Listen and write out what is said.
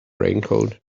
raincoat